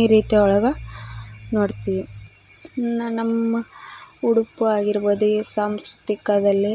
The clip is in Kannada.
ಈ ರೀತಿ ಒಳಗೆ ನೋಡ್ತೀವಿ ಇನ್ನು ನಮ್ಮ ಉಡುಪು ಆಗಿರ್ಬೊದು ಈ ಸಾಂಸ್ಕೃತಿಕದಲ್ಲಿ